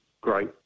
great